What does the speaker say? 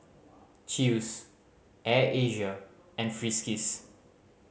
Chew's Air Asia and Friskies